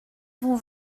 vont